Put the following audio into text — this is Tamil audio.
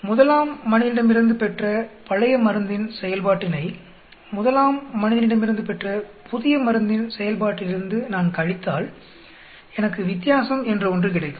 முதலாம் மனிதனிடமிருந்து பெற்ற பழைய மருந்தின் செயல்பாட்டினை முதலாம் மனிதனிடமிருந்து பெற்ற புதிய மருந்தின் செயல்பாட்டிலிருந்து நான் கழித்தால் எனக்கு வித்தியாசம் என்ற ஒன்று கிடைக்கும்